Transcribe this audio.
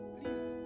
Please